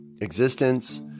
existence